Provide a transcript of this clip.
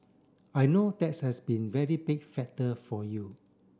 I know that's has been very big factor for you